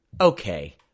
Okay